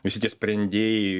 visi tie sprendėjai